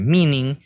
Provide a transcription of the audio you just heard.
Meaning